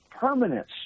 permanence